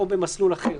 במסלול אחר.